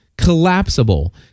collapsible